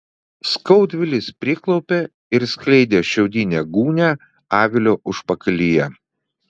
skaudvilis priklaupė ir skleidė šiaudinę gūnią avilio užpakalyje